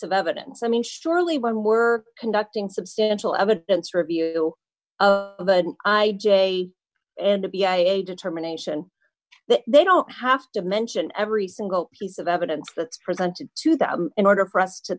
of evidence i mean surely when we're conducting substantial evidence review but i j and to be a determination that they don't have to mention every single piece of evidence that's presented to them in order for us to